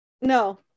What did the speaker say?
No